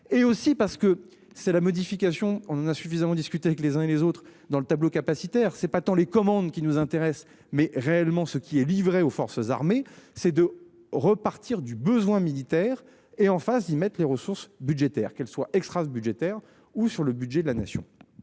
et aussi parce que c'est la modification. On en a suffisamment discuté avec les uns et les autres dans le tableau capacitaire c'est pas tant les commandes qui nous intéresse, mais réellement ce qui est livré aux forces armées c'est de repartir du besoin militaire et en face, ils mettent les ressources budgétaires qu'elle soit extra budgétaires ou sur le budget de la nation.